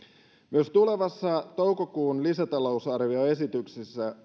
myös tulevaan toukokuun lisätalousarvioesitykseen